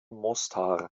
mostar